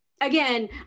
again